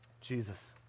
Jesus